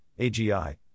AGI